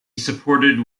supported